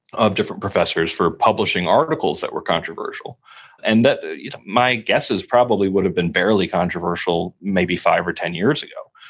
of different professors for publishing articles that were controversial and you know my guesses probably would have been barely controversial maybe five or ten years ago,